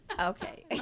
Okay